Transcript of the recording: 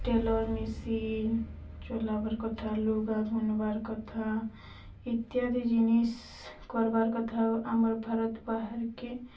tailor machine ଚଲାବାର୍ କଥା ଲୁଗା ବୁନ୍ବାର୍ କଥା ଇତ୍ୟାଦି ଜିନିଷ୍ କର୍ବାର୍ କଥା ଆଉ ଆମର୍ ଭାରତ୍ ବାହାର୍କେ